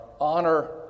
honor